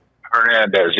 Hernandez